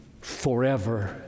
forever